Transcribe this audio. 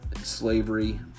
slavery